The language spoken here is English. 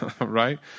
right